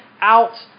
out